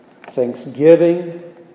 thanksgiving